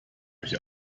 euch